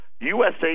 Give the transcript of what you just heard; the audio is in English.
USA